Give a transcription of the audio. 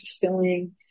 fulfilling